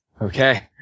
Okay